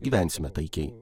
gyvensime taikiai